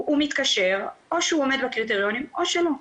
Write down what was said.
הוא מתקשר, או שהוא עומד בקריטריונים, או שלא.